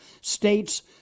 states